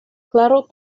klaro